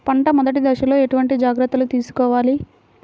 పంట మెదటి దశలో ఎటువంటి జాగ్రత్తలు తీసుకోవాలి?